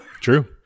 True